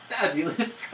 fabulous